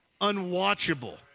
unwatchable